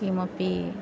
किमपि